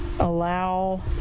allow